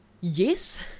yes